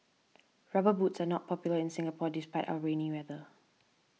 rubber boots are not popular in Singapore despite our rainy weather